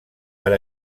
per